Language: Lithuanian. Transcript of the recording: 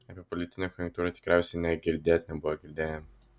apie politinę konjunktūrą tikriausiai nė girdėt nebuvo girdėję